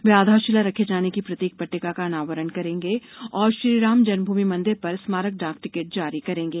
वे आधारशिला रखे जाने की प्रतीक पट्टिका का अनावरण करेंगे और श्रीराम जन्मभूमि मंदिर पर स्मारक डाक टिकट जारी करेंगे